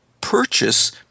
purchase